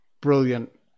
brilliant